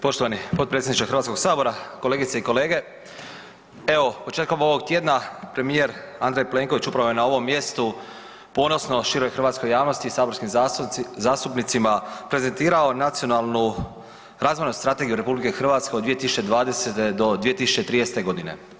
Poštovani potpredsjedniče Hrvatskog sabora, kolegice i kolege evo početkom ovog tjedna premijer Andrej Plenković upravo je na ovom mjestu ponosno široj hrvatskoj javnosti i saborskim zastupnicima prezentirao Nacionalnu razvojnu strategiju RH od 2020. do 2030. godine.